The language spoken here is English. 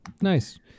nice